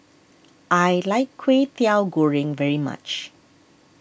I like Kwetiau Goreng very much